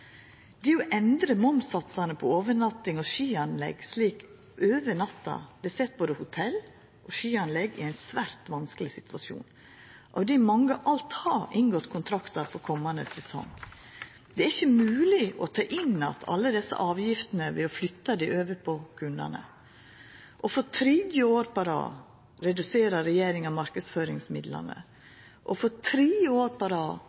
momssatsane på overnatting og skianlegg slik over natta set både hotell og skianlegg i ein svært vanskeleg situasjon, av di mange allereie har inngått kontraktar for komande sesong. Det er ikkje mogleg å ta inn igjen alle desse avgiftene ved å flytta dei over på kundane. Og for tredje året på rad reduserer regjeringa marknadsføringsmidlane, og for tredje året på rad